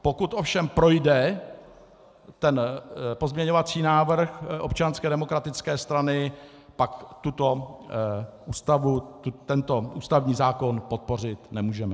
Pokud ovšem projde ten pozměňovací návrh Občanské demokratické strany, pak tuto ústavu, tento ústavní zákon podpořit nemůžeme.